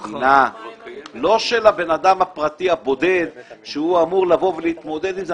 מדינה ולא של הבן אדם הפרטי הבודד שאמור להתמודד עם זה.